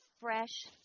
fresh